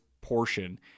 portion